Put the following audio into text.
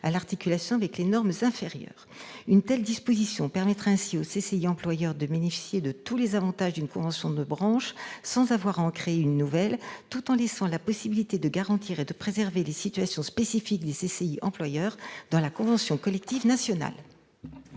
et l'articulation avec les normes inférieures. Une telle disposition permettra aux CCI employeurs de bénéficier de tous les avantages d'une convention de branche sans avoir à en créer une nouvelle, tout en laissant la possibilité de garantir et de préserver les situations spécifiques des CCI employeurs dans la convention collective nationale.